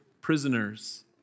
Prisoners